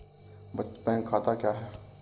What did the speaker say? बचत बैंक खाता क्या है?